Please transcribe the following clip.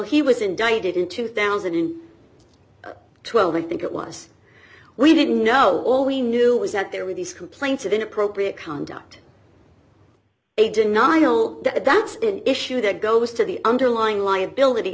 he was indicted in two thousand and twelve i think it was we didn't know all we knew was that there were these complaints of inappropriate conduct a denial that that's an issue that goes to the underlying liability